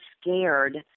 scared